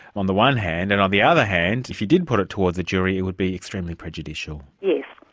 on the one hand, and on the other hand, if you did put it towards the jury it would be extremely prejudicial. yes.